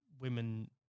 women